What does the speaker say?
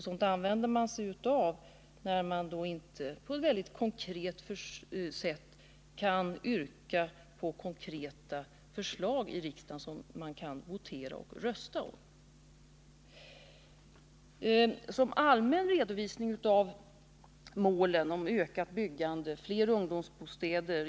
som man tar till när man saknar konkreta förslag att votera och rösta om. Den allmänna redovisningen av målen om ökat byggande, fler ungdomsbostäder.